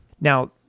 Now